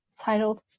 Titled